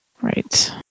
Right